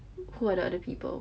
who are the other people